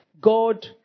God